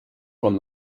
from